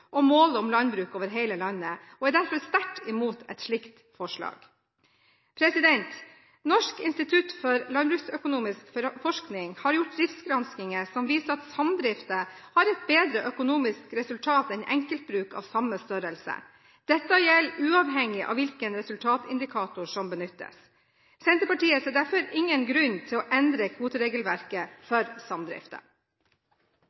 og målet om landbruk over hele landet, og er derfor sterkt imot et slikt forslag. Norsk institutt for landbruksøkonomisk forskning har gjort driftsgranskinger som viser at samdrifter har et bedre økonomisk resultat enn enkeltbruk av samme størrelse. Dette gjelder uavhengig av hvilken resultatindikator som benyttes. Senterpartiet ser derfor ingen grunn til å endre kvoteregelverket